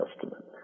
Testament